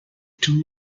too